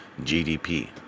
GDP